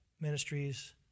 ministries